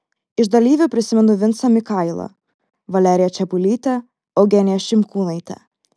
iš dalyvių prisimenu vincą mikailą valeriją čepulytę eugeniją šimkūnaitę